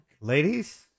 ladies